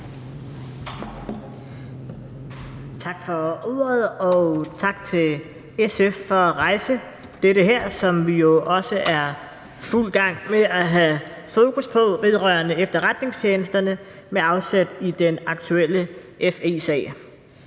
Tak for ordet, og tak til SF for at rejse det her, som vi jo også er i fuld gang med at have fokus på, vedrørende efterretningstjenesterne med afsæt i den aktuelle FE-sag.